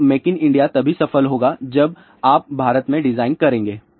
तो make in India तभी सफल होगा जब आप भारत में डिजाइन करेंगे